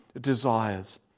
desires